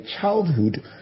childhood